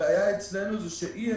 הבעיה אצלנו, שאי אפשר,